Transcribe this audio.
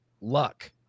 luck